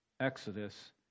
Exodus